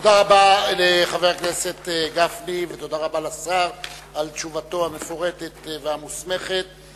תודה רבה לחבר הכנסת גפני ותודה רבה לשר על תשובתו המפורטת והמוסמכת.